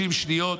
30 שניות.